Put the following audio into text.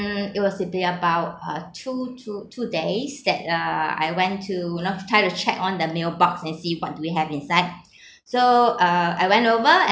mm it was maybe about uh two to two days that uh I went to you know try to check on the mailbox and see what do we have inside so uh I went over